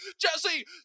jesse